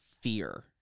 fear